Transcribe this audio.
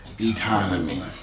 economy